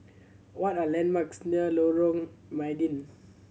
what are landmarks near Lorong Mydin